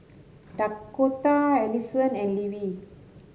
Dakotah Alyson and Levie